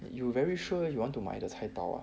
you very sure you want to 买 the 菜刀 ah